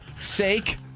sake